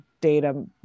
data